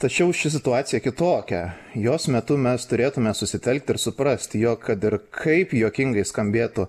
tačiau ši situacija kitokia jos metu mes turėtume susitelkti ir suprasti jog kad ir kaip juokingai skambėtų